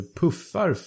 puffar